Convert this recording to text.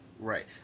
Right